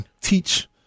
teach